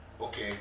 okay